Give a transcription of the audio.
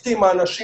האנשים.